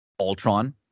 Ultron